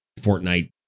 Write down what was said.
fortnite